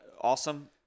awesome